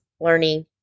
learning